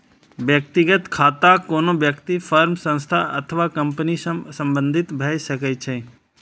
व्यक्तिगत खाता कोनो व्यक्ति, फर्म, संस्था अथवा कंपनी सं संबंधित भए सकै छै